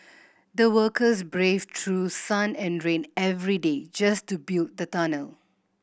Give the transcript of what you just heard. the workers braved through sun and rain every day just to build the tunnel